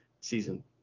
season